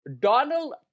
Donald